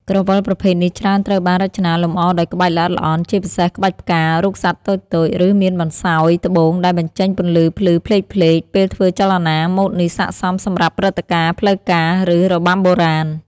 ក្រវិលប្រភេទនេះច្រើនត្រូវបានរចនាលម្អដោយក្បាច់ល្អិតល្អន់ ជាពិសេសក្បាច់ផ្កា រូបសត្វតូចៗ ឬមានបន្សោយត្បូងដែលបញ្ចេញពន្លឺភ្លឺផ្លេកៗពេលធ្វើចលនា ម៉ូដនេះស័ក្តិសមសម្រាប់ព្រឹត្តិការណ៍ផ្លូវការ ឬរបាំបុរាណ។